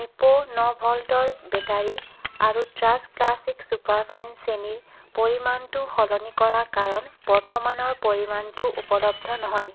Nippo ন ভল্টৰ battery আৰু ট্ৰাষ্ট ক্লাছিক ছুপাৰ ফাইন চেনিৰ পৰিমাণটো সলনি কৰা কাৰণ বৰ্তমানৰ পৰিমাণটো উপলব্ধ নহয়